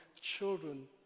children